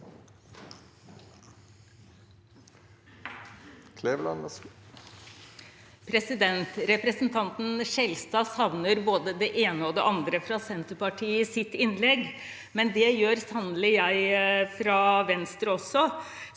Representan- ten Skjelstad savner både det ene og det andre fra Senterpartiet i sitt innlegg, men det gjør sannelig jeg fra Venstre også.